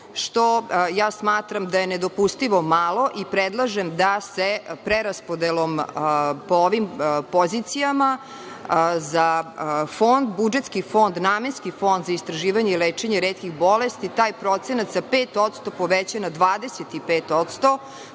što ja smatram da je nedopustivo malo i predlažem da se preraspodelom po ovim pozicijama za budžetski fond, namenski Fond za istraživanje i lečenje retkih bolesti taj procenat sa 5% poveća na 25%,